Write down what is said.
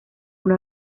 una